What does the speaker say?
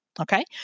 Okay